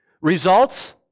Results